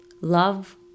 Love